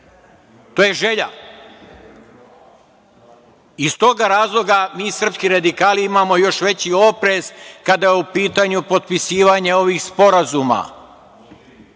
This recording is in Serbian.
To je želja. Iz tog razloga mi srpski radikali imamo još veći oprez kada je u pitanju potpisivanje ovih sporazuma.